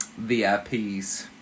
VIPs